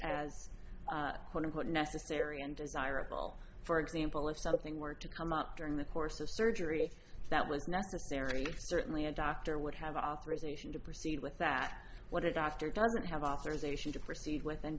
interventions as quote unquote necessary and desirable for example if something were to come up during the course of surgery if that was necessary certainly a doctor would have authorization to proceed with that what it doctor doesn't have authorization to proceed with and